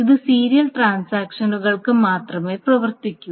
ഇത് സീരിയൽ ട്രാൻസാക്ഷനുകൾക്ക് മാത്രമേ പ്രവർത്തിക്കൂ